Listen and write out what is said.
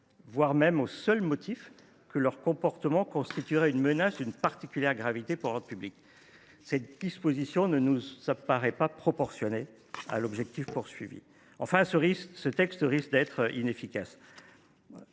voire au seul motif que son « comportement constitue une menace d’une particulière gravité pour l’ordre public ». Cette disposition ne nous paraît pas proportionnée à l’objectif. Enfin, ce texte risque d’être inefficace.